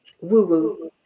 woo-woo